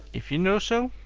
if you know so,